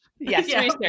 Yes